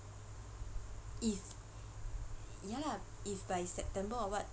if ya lah if by september or [what]